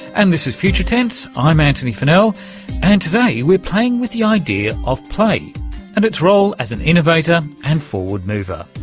and this is future tense, tense, i'm antony funnell and today we're playing with the idea of play and its role as an innovator and forward mover.